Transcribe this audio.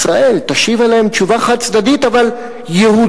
ישראל תשיב עליהם תשובה חד-צדדית אבל יהודית,